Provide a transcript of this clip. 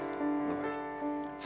Lord